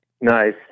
Nice